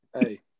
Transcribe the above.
Hey